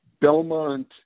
Belmont